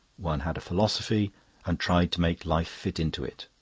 one had a philosophy and tried to make life fit into it.